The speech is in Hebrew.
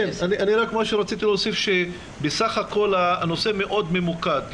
רציתי להוסיף שבסך הכל הנושא מאוד ממוקד,